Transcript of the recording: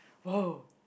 !whoa!